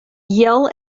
yell